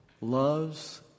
loves